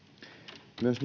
myös